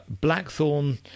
blackthorn